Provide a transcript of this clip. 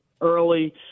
early